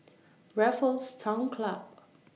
Raffles Town Club